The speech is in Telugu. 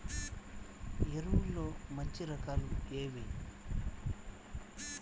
ఎరువుల్లో మంచి రకాలు ఏవి?